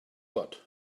got